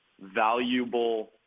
valuable –